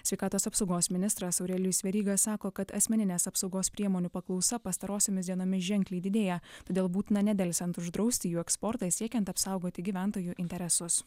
sveikatos apsaugos ministras aurelijus veryga sako kad asmeninės apsaugos priemonių paklausa pastarosiomis dienomis ženkliai didėja todėl būtina nedelsiant uždrausti jų eksportą siekiant apsaugoti gyventojų interesus